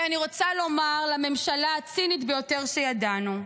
ואני רוצה לומר לממשלה הצינית ביותר שידענו: